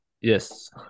Yes